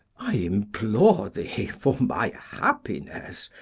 i implore thee for my happiness,